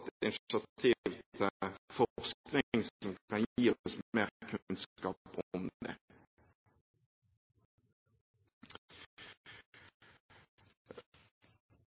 initiativ til forskning som kan gi oss mer kunnskap om